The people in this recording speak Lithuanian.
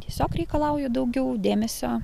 tiesiog reikalauja daugiau dėmesio